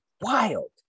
wild